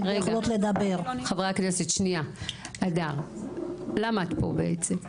חברי הכנסת שנייה, הדר למה את פה בעצם?